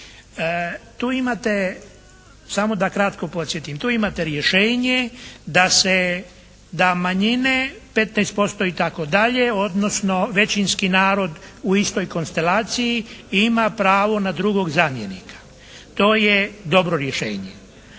Tu imate samo da kratko podsjetim. Tu imate rješenje da se, da manjine 15% itd. odnosno većinski narod u istoj konstelaciji ima pravo na drugog zamjenika. To je dobro rješenje.